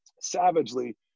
savagely